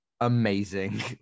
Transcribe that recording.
amazing